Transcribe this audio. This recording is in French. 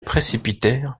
précipitèrent